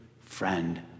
friend